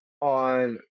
on